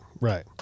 right